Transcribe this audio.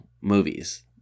movies